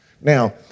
Now